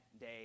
day